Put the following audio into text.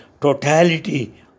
totality